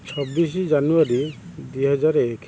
ଛବିଶ ଜାନୁଆରୀ ଦୁଇ ହଜାର ଏକ